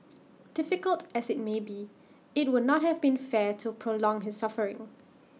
difficult as IT may be IT would not have been fair to prolong his suffering